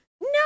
No